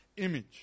image